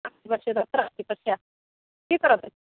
अस्तु पश्यतु अत्रापि तस्य स्वीकरोतु